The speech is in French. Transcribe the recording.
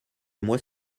mois